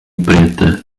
preta